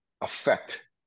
affect